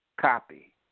copy